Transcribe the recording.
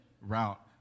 route